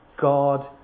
God